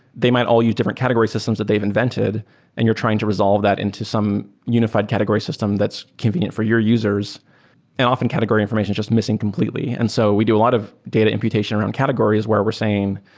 they might all use different category systems that they've invented and you're trying to resolve that into some unified category system that's convenient for your users and often category information just missing completely. and so we do a lot of data imputation around categories where were saying,